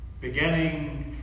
beginning